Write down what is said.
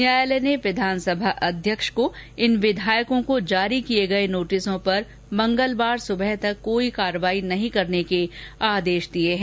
न्यायालय ने विधानसभा अध्यक्ष को इन विधायकों को जारी किए गए नोटिसों पर मंगलवार सुबह तक कोई कार्यवाही नहीं करने के आदेश दिए हैं